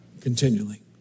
continually